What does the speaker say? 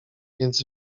więc